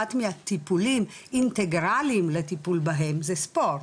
מהטיפולים אינטגרליים לטיפול בהם זה ספורט.